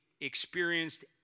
experienced